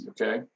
okay